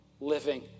living